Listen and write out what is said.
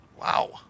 Wow